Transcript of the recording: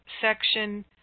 section